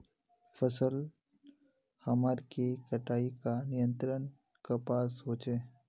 फसल हमार के कटाई का नियंत्रण कपास होचे?